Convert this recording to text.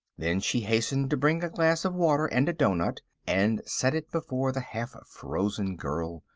then she hastened to bring a glass of water and a dough-nut, and set it before the half-frozen girl.